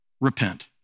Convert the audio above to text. repent